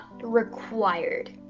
required